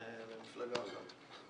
הצבעה בעד, פה אחד נגד, אין נמנעים,